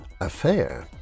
affair